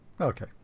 Okay